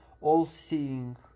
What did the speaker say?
all-seeing